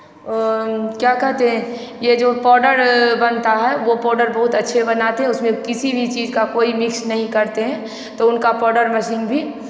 क्या कहते हैं ये जो पाउडर बनता है वो पाउडर बहुत अच्छे बनाते हैं उसमें किसी भी चीज़ का कोई मिक्स नहीं करते हैं तो उनका पाउडर मशीन भी